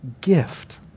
gift